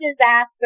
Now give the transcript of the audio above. disaster